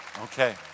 Okay